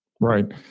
Right